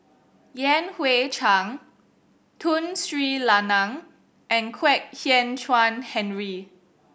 Yan Hui Chang Tun Sri Lanang and Kwek Hian Chuan Henry